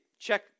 check